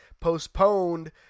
postponed